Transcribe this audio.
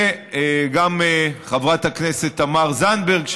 וגם לחברת הכנסת תמר זנדברג,